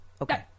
okay